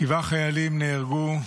שבעה חיילים נהרגו,